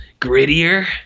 grittier